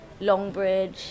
Longbridge